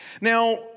Now